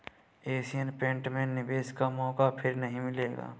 Asian paint में निवेश का मौका फिर नही मिलेगा